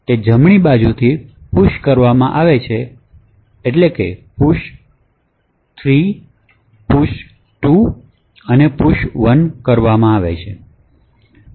તે જમણી બાજુથી પુશ કરવામાં આવે છે જે પુશ 3 2 પુશ અને 1 ને પુશ કરો